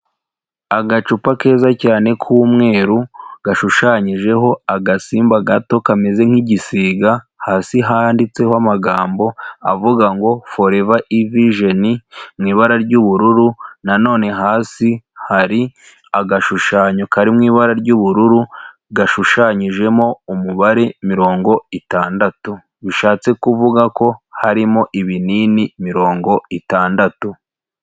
Agacupa keza cyane k'umweru, gashushanyijeho agasimba gato kameze nk'igisiga, hasi handitseho amagambo avuga ngo "Forever iVision" mu ibara ry'ubururu, nanone hasi hari agashushanyo kari mu ibara ry'ubururu gashushanyijemo umubare mirongo itandatu, bishatse kuvuga ko harimo ibinini mirongo itandatu.